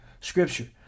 scripture